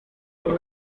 aber